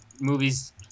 movies